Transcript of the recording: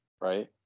right